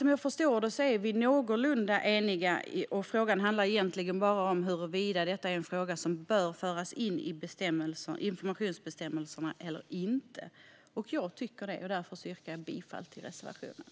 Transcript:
Som jag förstår det är vi någorlunda eniga, och det handlar egentligen bara om huruvida detta är en fråga som bör föras in i informationsbestämmelserna eller inte. Jag tycker det, och därför yrkar jag bifall till reservationen.